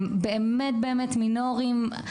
הם באמת מינוריים,